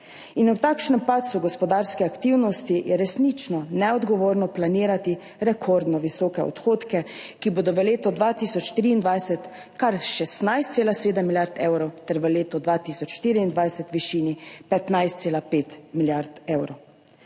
%. Ob takšnem padcu gospodarske aktivnosti je resnično neodgovorno planirati rekordno visoke odhodke, ki bodo v letu 2023 kar 16,7 milijarde evrov ter v letu 2024 v višini 15,5 milijarde evrov.